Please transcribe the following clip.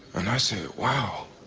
and i said, wow.